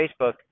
Facebook